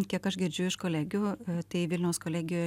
kiek aš girdžiu iš kolegijų tai vilniaus kolegijoj